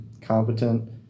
competent